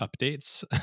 updates